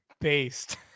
Based